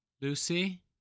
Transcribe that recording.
Lucy